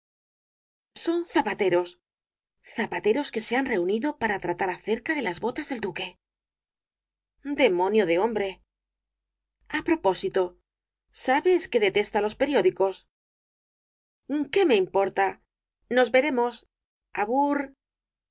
son zapateros zapateros que se han reunido para tratar acerca de las botas del duque demonio de hombre a propósito sabes que detesta los periódicos qué me importa nos veremos abur abur